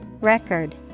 Record